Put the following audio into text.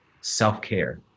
self-care